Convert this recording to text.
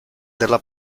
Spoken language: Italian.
della